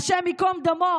ה' ייקום דמו,